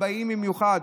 באים במיוחד.